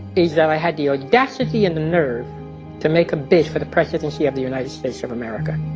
is that i had the audacity and the nerve to make a bid for the presidency of the united states of america.